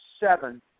seven